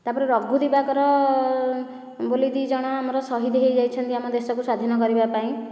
ତା'ପରେ ରଘୁଦୀବାକର ବୋଲି ଦୁଇଜଣ ଆମର ସହିଦ ହୋଇଯାଇଛନ୍ତି ଆମ ଦେଶକୁ ସ୍ୱାଧୀନ କରିବା ପାଇଁ